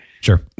Sure